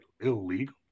illegal